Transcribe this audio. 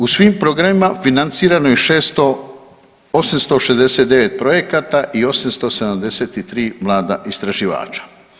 U svim programima financirano je 869 projekata i 873 mlada istraživača.